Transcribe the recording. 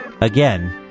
Again